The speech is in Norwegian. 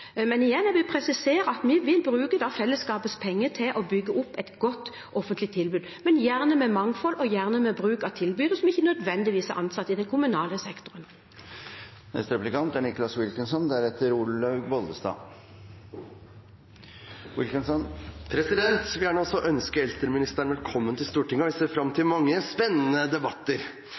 Men igjen: Jeg vil presisere at vi vil bruke fellesskapets penger til å bygge opp et godt offentlig tilbud, men gjerne med mangfold og gjerne med bruk av tilbydere som ikke nødvendigvis er ansatt i den kommunale sektoren. Jeg vil gjerne også ønske eldreministeren velkommen til Stortinget, og jeg ser fram til mange spennende debatter.